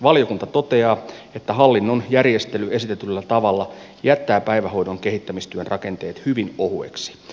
valiokunta toteaa että hallinnon järjestely esitetyllä tavalla jättää päivähoidon kehittämistyön rakenteet hyvin ohuiksi